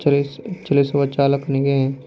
ಚಲಿಸು ಚಲಿಸುವ ಚಾಲಕನಿಗೆ